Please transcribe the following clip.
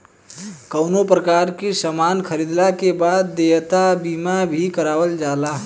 कवनो प्रकार के सामान खरीदला के बाद देयता बीमा भी करावल जाला